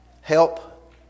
help